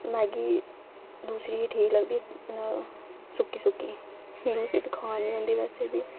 Maggi दूसरी गै ठीक लगदी सुक्की सुक्की दूसरी ते खान निं होंदी वैसे बी